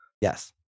Yes